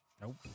Nope